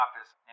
office